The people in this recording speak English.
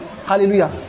Hallelujah